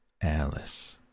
airless